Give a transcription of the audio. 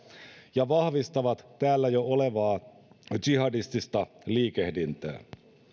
ja vahvistavat täällä jo olevaa jihadistista liikehdintää